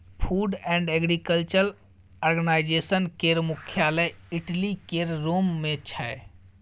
food and agriculture organisation केर मुख्यालय Italy केर रोम मे छै